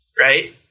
right